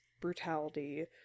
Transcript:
brutality